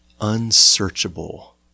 unsearchable